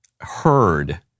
heard